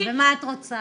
כן, ומה את רוצה?